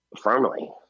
firmly